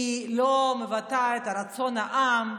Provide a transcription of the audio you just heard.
היא לא מבטאה את רצון העם,